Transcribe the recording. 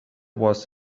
was